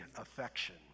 affection